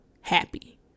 happy